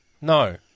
No